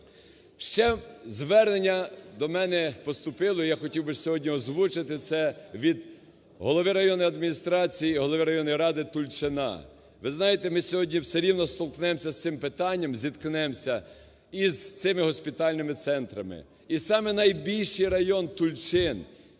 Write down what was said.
Ще звернення до мене поступило, я хотів би сьогодні озвучити, це від голови районної адміністрації, голови районної ради Тульчина. Ви знаєте, ми сьогодні все рівно стикнемося з цим питанням, зіткнемося із цими госпітальними центрами. І самий найбільший район Тульчин,